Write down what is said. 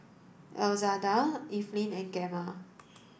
Elzada Evelyn and Gemma